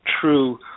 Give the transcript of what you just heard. true